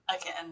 again